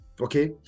okay